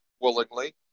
willingly